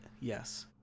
Yes